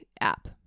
app